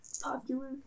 popular